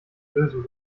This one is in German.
lösen